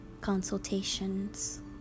consultations